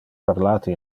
parlate